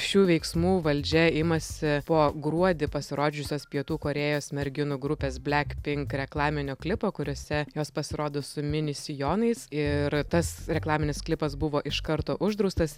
šių veiksmų valdžia imasi po gruodį pasirodžiusios pietų korėjos merginų grupės black pink reklaminio klipo kuriuose jos pasirodo su mini sijonais ir tas reklaminis klipas buvo iš karto uždraustas